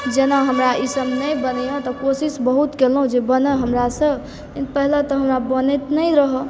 जेना हमरा इसब नहि बनै तऽ कोशिश बहुत कयलहुँ जे बनै हमरासँ तऽ पहिले तऽ हमरा बनैत नहि रहै